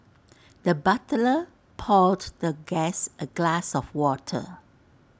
the butler poured the guest A glass of water